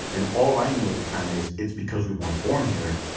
and all i knew at the time is it's because we weren't born here.